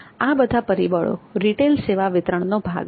આ બધા પરિબળો રીટેલ સેવા વિતરણનો ભાગ છે